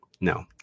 No